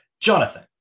Jonathan